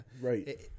right